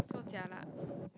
so jialat